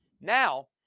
Now